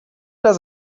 does